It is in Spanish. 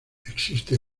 existe